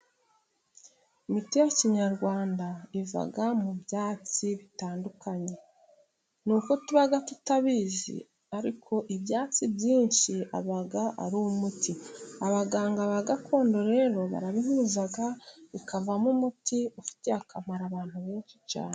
Imiti ya kinyarwanda iva mu byatsi bitandukanye. Ni uko tuba tutabizi, ariko ibyatsi byinshi aba ari umuti. Abaganga ba gakondo rero, barabihuza, bikavamo umuti, ufitiye akamaro abantu benshi cyane.